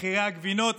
מחירי הגבינות,